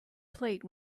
plate